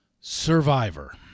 survivor